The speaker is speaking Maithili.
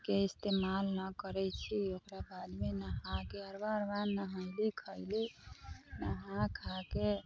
के इस्तेमाल नहि करै छी ओकराबादमे नहाके अरबा अरबाइन नहैली खैली नहा खाके